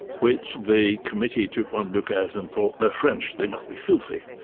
which the committee took one look at and thought, they're french, they must be filthy',